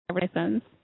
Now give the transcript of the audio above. license